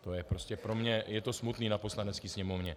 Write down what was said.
To je prostě pro mě je to smutné na Poslanecké sněmovně.